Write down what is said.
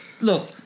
Look